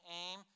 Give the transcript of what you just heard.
aim